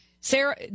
Sarah